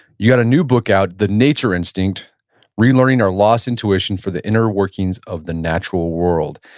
you got a new book out, the nature instinct relearning our lost intuition for the inner workings of the natural world.